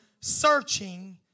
searching